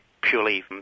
purely